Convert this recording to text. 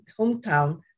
hometown